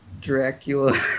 dracula